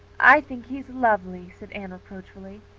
i think he's lovely, said anne reproachfully.